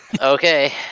Okay